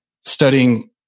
studying